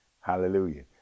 Hallelujah